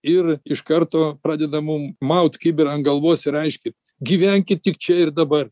ir iš karto pradeda mum maut kibirą ant galvos ir aiškint gyvenkit tik čia ir dabar